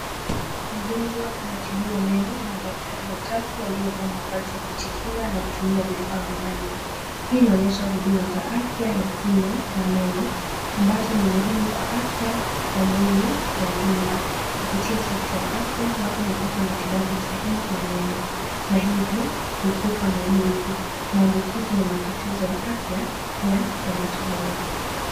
Mgonjwa anatibiwa meno na madaktari watatu waliovaa mavazi ya kujikinga na kutumia vifaa maalum. Hii inaonyesha huduma za afya ya kinywa na meno ambazo ni muhimu kwa afya ya mwili kwa ujumla. Kupitia sekta ya afya watu hupata matibabu sahihi ya meno na hivyo huepuka maumivu, maambukizi na matatizo ya afya pia yanatolewa.